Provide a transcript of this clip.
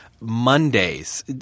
Mondays